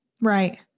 right